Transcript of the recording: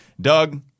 Doug